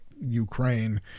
Ukraine